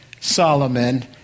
Solomon